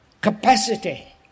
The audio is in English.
capacity